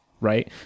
right